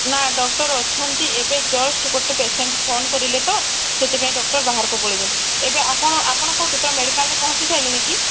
ନା ଡକ୍ଟର ଅଛନ୍ତି ଏବେ ଜଷ୍ଟ ଗୋଟେ ପେସେଣ୍ଟ ଫୋନ କରିଲେ ତ ସେଥିପାଇଁ ଡକ୍ଟର ବାହାରକୁ ପଳେଇଛନ୍ତି ଏବେ ଆପଣ ଆପଣ କେଉଁଠି ପୁରା ମେଡ଼ିକାଲରେ ପହଞ୍ଚି ସାରିଲେନି କି